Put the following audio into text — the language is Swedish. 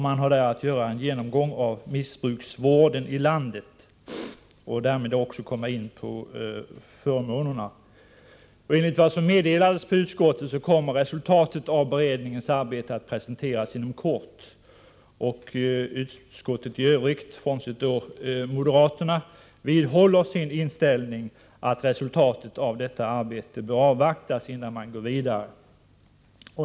Man har där att göra en genomgång av missbruksvården i landet och därmed också se på förmånerna. Enligt vad som meddelades vid utskottsbehandlingen kommer resultatet av beredningens arbete att presenteras inom kort. Utskottet, bortsett från moderaterna, vidhåller sin inställning att resultatet av detta arbete bör avvaktas innan man går vidare.